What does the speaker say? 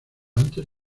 antes